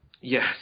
Yes